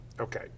Okay